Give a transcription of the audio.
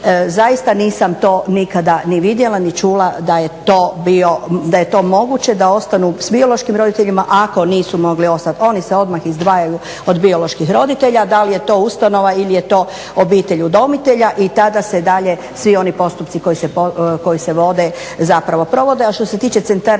zaista nisam to nikada ni vidjela ni čula da je to moguće da ostanu s biološkim roditeljima ako nisu mogli ostati. Oni se odmah izdvajaju od bioloških roditelja, da li je to ustanova ili je to obitelj udomitelja i tada se dalje svi oni postupci koji se vode, zapravo provode.